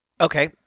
Okay